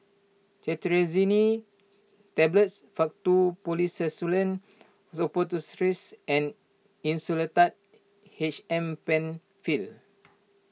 Cetirizine Tablets Faktu Policresulen Suppositories and Insulatard H M Penfill